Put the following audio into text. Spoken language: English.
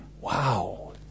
Wow